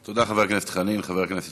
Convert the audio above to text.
תודה, חבר הכנסת